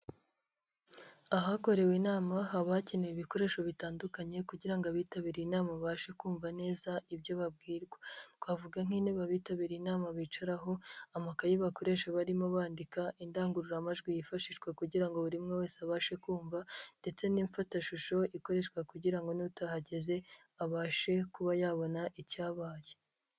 Ahakorewe inama haba hakenewe ibikoresho bitandukanye kugira ngo abitabirire inama babashe kumva neza ibyo babwirwa. Twavuga nk'intebe abitabiriye inama bicaraho, amakayi bakoresha barimo bandika, indangururamajwi yifashishwa kugira ngo buri umwe wese abashe kumva ndetse n'imfatashusho ikoreshwa kugira ngo n'utahageze abashe kuba yabona icyabaye.